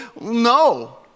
no